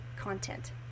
content